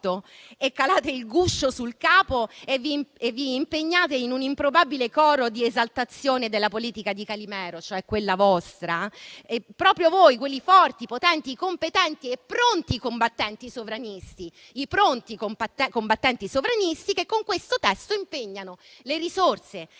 calate il guscio sul capo e vi impegnate in un improbabile coro di esaltazione della politica di Calimero, cioè la vostra. Proprio voi, i forti, potenti, competenti e pronti combattenti sovranisti, con questo testo impegnate le risorse